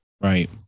Right